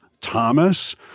Thomas